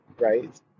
right